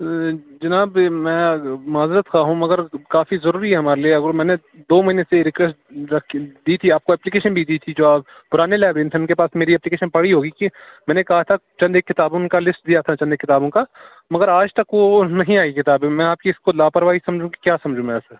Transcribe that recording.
جناب میں معذرت خواہ ہوں مگر کافی ضروری ہے ہمارے لیے میں نے دو مہینے سے یہ ریکویسٹ دی تھی آپ کو اپلیکیشن بھی دی تھی جو اب پرانے لائبریرین تھے ان کے پاس میری اپلیکیشن پڑی ہوگی کہ میں نے کہا تھا چند ایک کتابوں کا لسٹ دیا تھا چند ایک کتابوں کا مگر آج تک وہ نہیں آئی کتابیں میں آپ کی اس کو لاپرواہی سمجھوں کہ کیا سمجھوں میں اسے